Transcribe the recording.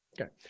Okay